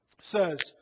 says